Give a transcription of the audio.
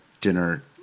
dinner